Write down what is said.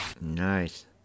Nice